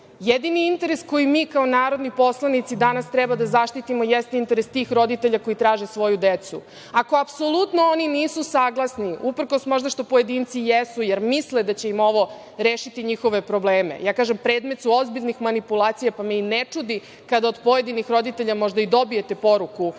jedini interes koji mi kao narodni poslanici danas treba da zaštitimo jeste interes tih roditelja koji traže svoju decu. Ako apsolutno oni nisu saglasni, uprkos možda što pojedinci jesu, jer misle da će im ovo rešiti njihove probleme, ja kažem, predmet su ozbiljnih manipulacija, pa me i ne čudi kada od pojedinih roditelja možda i dobijete poruku